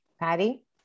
Patty